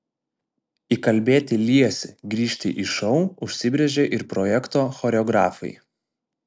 įkalbėti liesį grįžti į šou užsibrėžė ir projekto choreografai